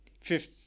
Fifth